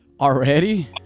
Already